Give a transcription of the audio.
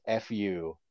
FU